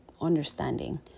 understanding